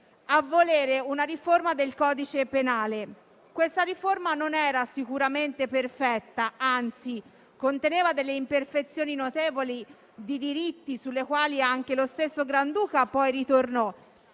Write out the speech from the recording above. a volere una riforma del codice penale. Questa riforma non era sicuramente perfetta; anzi, conteneva imperfezioni notevoli di diritti, sulle quali anche lo stesso Granduca poi ritornò.